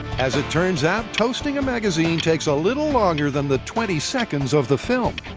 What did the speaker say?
as it turns out, toasting a magazine takes a little longer than the twenty seconds of the film.